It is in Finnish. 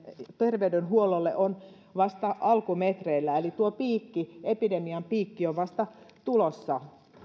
terveydenhuollolle on vasta alkumetreillä eli tuo epidemian piikki on vasta tulossa